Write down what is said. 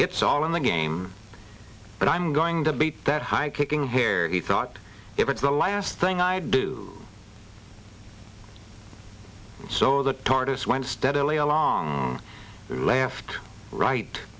it's all in the game but i'm going to be that high kicking where he thought it was the last thing i'd do so the tortoise went steadily along the left right